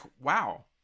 wow